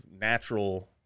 natural